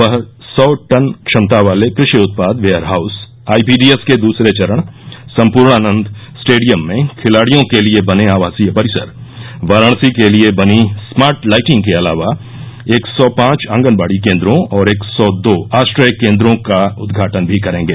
वह सौ टन क्षमता वाले क्रषि उत्पाद वेयरहाउस आइपीडीएस के दूसरे चरण संपूर्णानद स्टेडियम में खिलाड़ियों के लिए बने आवासीय परिसर वाराणसी के लिए बनी स्मार्ट लाइटिंग के अलावा एक सौ पांच आगनवाडी केंद्रों और एक सौ दो आश्रय केंद्रों का उदघाटन भी करेंगे